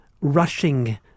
rushing